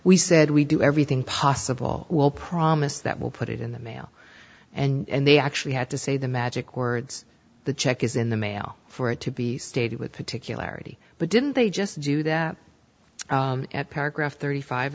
we said we do everything possible will promise that will put it in the mail and they actually had to say the magic words the check is in the mail for it to be stated with particularity but didn't they just do that at paragraph thirty five